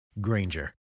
Granger